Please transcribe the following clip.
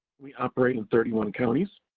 we operate in thirty one counties,